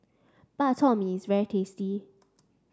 Bak Chor Mee is very tasty